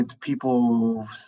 people